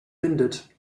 windet